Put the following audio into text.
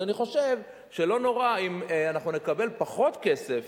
אז אני חושב שלא נורא אם אנחנו נקבל פחות כסף